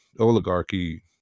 oligarchy